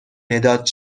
مداد